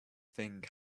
thing